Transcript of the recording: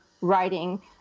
writing